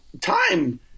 time